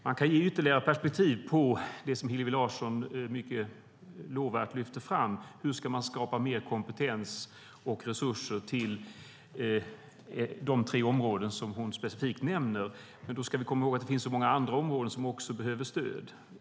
Man kan ge ytterligare perspektiv på det som Hillevi Larsson mycket lovvärt lyfter fram: Hur ska man skapa mer kompetens och resurser till de tre områden som hon specifikt nämner? Då ska vi komma ihåg att det finns många andra områden som också behöver stöd.